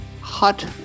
hot